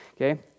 okay